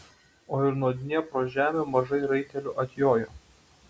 o ir nuo dniepro žemių mažai raitelių atjojo